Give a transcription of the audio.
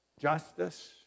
justice